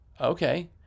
Okay